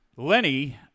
Lenny